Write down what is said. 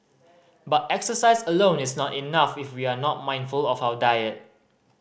but exercise alone is not enough if we are not mindful of our diet